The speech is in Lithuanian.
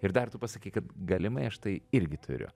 ir dar tu pasakei kad galimai aš tai irgi turiu